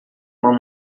uma